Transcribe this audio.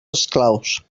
esclaus